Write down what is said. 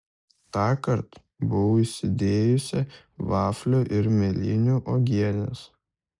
tąkart buvau įsidėjusi vaflių ir mėlynių uogienės